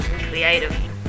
creative